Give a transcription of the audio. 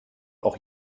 auch